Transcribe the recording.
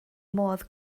modd